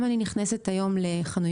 גם אני נכנסת היום לחנויות,